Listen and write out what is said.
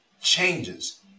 changes